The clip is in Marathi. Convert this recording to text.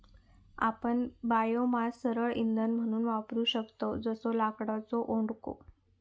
आपण बायोमास सरळ इंधन म्हणून वापरू शकतव जसो लाकडाचो ओंडको